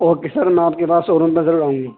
okay sir میں آپ کے پاس شوروم پہ ضرور آؤں گا